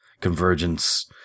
convergence